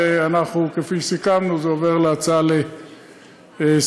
וכפי שסיכמנו, זה הופך להצעה לסדר-היום.